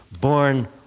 born